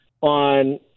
on